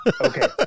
Okay